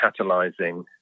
catalyzing